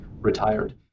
retired